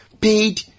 paid